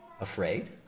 Afraid